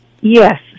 Yes